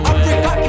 Africa